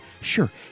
sure